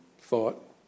thought